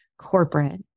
corporate